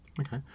Okay